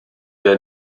der